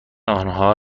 آنها